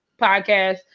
podcast